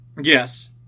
Yes